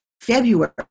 February